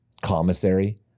commissary